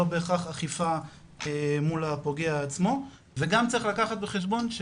בהכרח אכיפה מול הפוגע עצמו וגם צריך לקחת בחשבון,